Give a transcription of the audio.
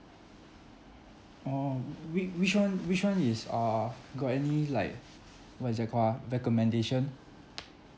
oh which which one which one is uh got any like what is that called ah recommendation